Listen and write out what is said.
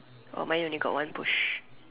oh mine only got one push